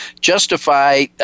Justify